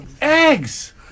Eggs